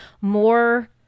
more